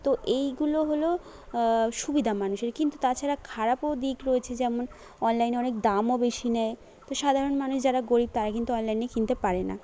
তো এইগুলো হল সুবিধা মানুষের কিন্তু তাছাড়া খারাপও দিক রয়েছে যেমন অনলাইনে অনেক দামও বেশি নেয় তো সাধারণ মানুষ যারা গরিব তারা কিন্তু অনলাইনে কিনতে পারে না